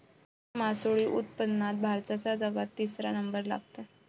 मासोळी उत्पादनात भारताचा जगात तिसरा नंबर लागते